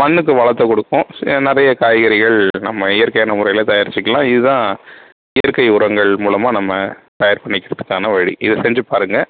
மண்ணுக்கு வளத்தை கொடுக்கும் நிறைய காய்கறிகள் நம்ம இயற்கையான முறையில் தயாரிச்சிக்கலாம் இதுதான் இயற்கை உரங்கள் மூலமாக நம்ம தயார் பண்ணிக்கிறதுக்கான வழி இதை செஞ்சுப் பாருங்கள்